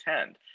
attend